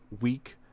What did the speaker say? weak